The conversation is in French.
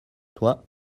toi